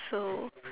so